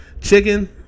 Chicken